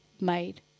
made